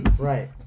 Right